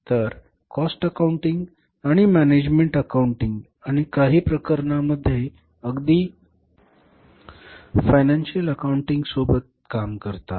तर cost accounting आणि management accounting आणि काही प्रकरणांमध्ये अगदी फायनान्शिअल अकाउंटिंग हे सोबत काम करतात